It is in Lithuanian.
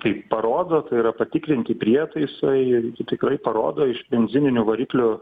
tai parodo tai yra patikrinti prietaisai ir tikrai parodo iš benzininių variklių